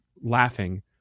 laughing